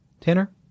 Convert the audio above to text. Tanner